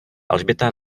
alžběta